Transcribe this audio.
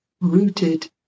rooted